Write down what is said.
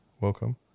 Welcome